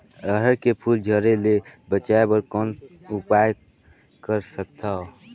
अरहर के फूल झरे ले बचाय बर कौन उपाय कर सकथव?